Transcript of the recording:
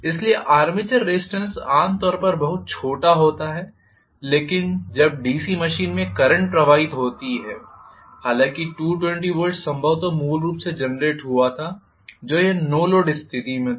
इसलिए armature resistance आम तौर पर बहुत छोटा होता है लेकिन जब डीसी मशीन में एक करंट प्रवाहित होती है हालांकि 220 वोल्ट संभवतः मूल रूप से जेनरेट हुआ था जब यह नो लोड स्थिति में था